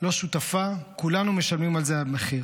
לא שותפה, כולנו משלמים על זה מחיר.